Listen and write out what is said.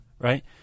right